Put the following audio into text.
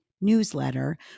Newsletter